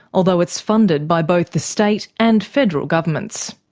although it's funded by both the state and federal governments.